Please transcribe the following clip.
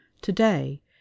Today